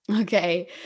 Okay